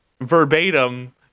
verbatim